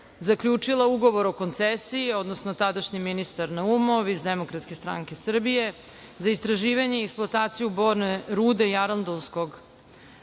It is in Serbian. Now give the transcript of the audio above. zaključila ugovor o koncesiji, odnosno tadašnji ministar Naumov iz Demokratske stranke Srbije, za istraživanje i eksploataciju borne rude Jarondolskog